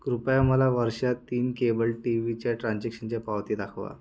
कृपया मला वर्षातीन केबल टीवीच्या ट्रान्झॅक्शनच्या पावती दाखवा